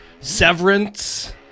Severance